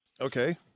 Okay